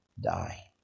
die